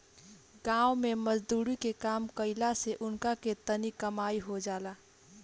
गाँव मे मजदुरी के काम कईला से उनका के तनी कमाई हो जाला